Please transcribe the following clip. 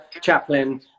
Chaplin